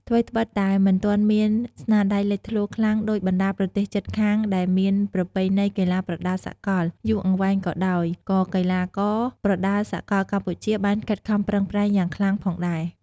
ថ្វីត្បិតតែមិនទាន់មានស្នាដៃលេចធ្លោខ្លាំងដូចបណ្តាប្រទេសជិតខាងដែលមានប្រពៃណីកីឡាប្រដាល់សកលយូរអង្វែងក៏ដោយ ក៏កីឡាករប្រដាល់សកលកម្ពុជាបានខិតខំប្រឹងប្រែងយ៉ាងខ្លាំងផងដែរ។